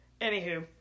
Anywho